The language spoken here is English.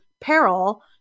peril